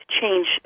change